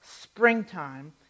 springtime